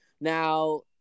Now